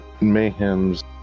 Mayhem's